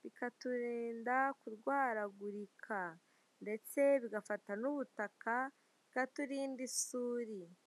bikaturinda kurwaragurika ndetse bigafata n'ubutaka bikaturinda isuri.